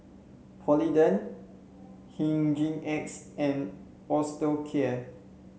Polident Hygin X and Osteocare